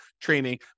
training